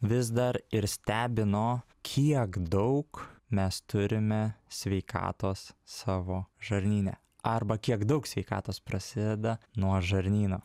vis dar ir stebino kiek daug mes turime sveikatos savo žarnyne arba kiek daug sveikatos prasideda nuo žarnyno